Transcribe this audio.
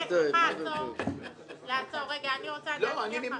הצבעה כפולה של חבר הכנסת יונה, גם בעד וגם נגד.